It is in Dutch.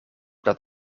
dat